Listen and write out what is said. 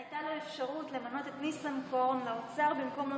הייתה לו אפשרות למנות את ניסנקורן לאוצר במקום למשפטים,